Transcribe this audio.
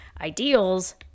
ideals